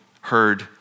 heard